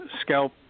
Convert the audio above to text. scalp